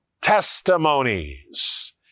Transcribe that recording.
testimonies